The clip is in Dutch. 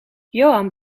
johan